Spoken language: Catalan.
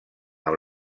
amb